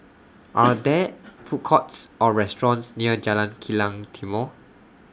Are There Food Courts Or restaurants near Jalan Kilang Timor